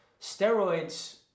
steroids